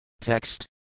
Text